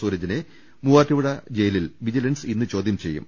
സൂരജിനെ മുവ്വാറ്റുപുഴ ജയിലിൽ വിജിലൻസ് ഇന്ന് ചോദൃം ചെയ്യും